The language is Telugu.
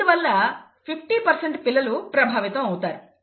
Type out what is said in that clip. ఇందువలన 50 పిల్లలు ప్రభావితం అవుతారు